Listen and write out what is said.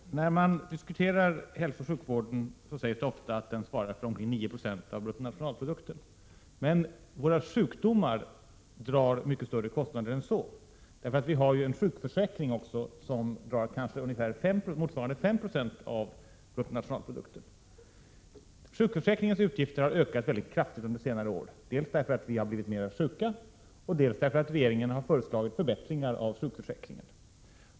Fru talman! När man diskuterar hälsooch sjukvården sägs det ofta att den svarar för omkring 9 £ av bruttonationalprodukten. Men våra sjukdomar drar mycket större kostnader än så, därför att vi har ju också en sjukförsäkring, som drar ungefär motsvarande 5 2 av bruttonationalprodukten. Sjukförsäkringens utgifter har ökat mycket kraftigt under senare år, dels därför att vi har blivit mer sjuka, dels därför att regeringen har föreslagit förbättringar i sjukförsäkringen.